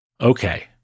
Okay